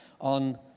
on